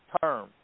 term